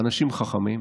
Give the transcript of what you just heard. אנשים חכמים,